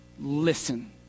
Listen